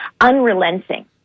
unrelenting